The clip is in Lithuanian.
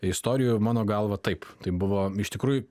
istorijų mano galva taip tai buvo iš tikrųjų